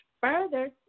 further